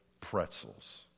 pretzels